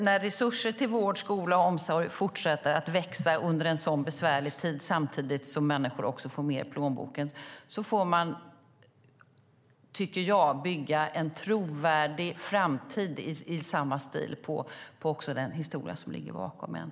När resurserna till vård, skola och omsorg fortsätter att öka under en sådan besvärlig tid, samtidigt som människor får mer i plånboken, tycker jag att man får bygga en trovärdig framtid i samma stil även på den historia som ligger bakom en.